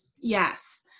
yes